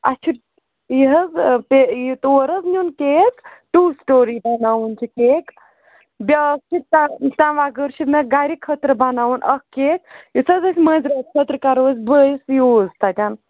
اَسہِ چھُ یہِ حَظ یہِ تور حَظ نِیُن کیک ٹوٗ سِٹوری بَناوُن چھِ کیک بیٛاکھ چھِ تَمہِ تَمہِ وَغٲر چھُ مےٚ گَرِ خٲطرٕ بَناوُن اَکھ کیک یُتھ حَظ أسۍ مٲنٛزراتھ خٲطرٕ کَرو أسۍ بٲیِس یوٗز تَتٮ۪ن